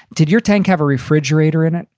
did your tank have a refrigerator in it?